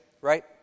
right